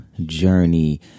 journey